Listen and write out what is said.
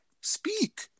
speak